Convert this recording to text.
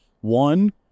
One